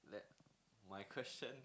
let my question